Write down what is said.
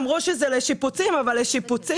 אמרו שזה לשיפוצים אבל לשיפוצים,